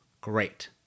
Great